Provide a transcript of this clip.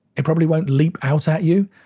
it probably won't leap out at you,